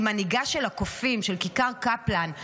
היא מנהיגה של הקופים של כיכר קפלן.